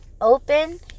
open